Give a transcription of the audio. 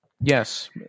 Yes